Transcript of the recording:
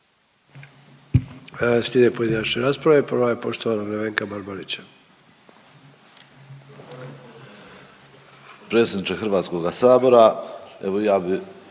Slijede pojedinačne rasprave, prva je poštovanog Nevenka Barbarića.